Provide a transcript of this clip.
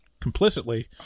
complicitly